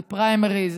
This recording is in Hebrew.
זה פריימריז,